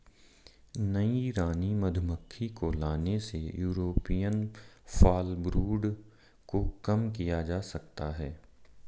नई रानी मधुमक्खी को लाने से यूरोपियन फॉलब्रूड को कम किया जा सकता है